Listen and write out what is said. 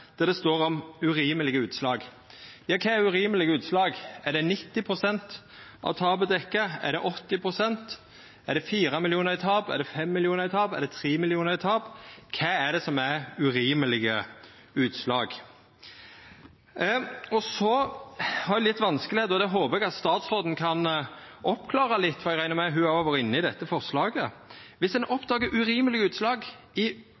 der det står nemnt «urimelige utslag». Kva er urimelege utslag? Er det 90 pst. av tapet dekt? Er det 80 pst.? Er det 4 mill. kr i tap? Er det 5 mill. kr i tap? Er det 3 mill. kr i tap? Kva er det som er urimelege utslag? Eg har nokre vanskar som eg håpar statsråden kan oppklara litt, for eg reknar med at ho også har vore inne i samband med dette forslaget. Dersom ein oppdagar urimelege utslag i